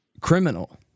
criminal